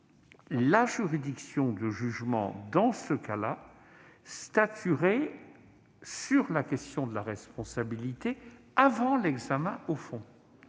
la juridiction de jugement statuerait sur la question de la responsabilité avant l'examen au fond.